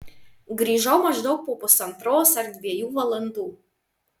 grįžau maždaug po pusantros ar dviejų valandų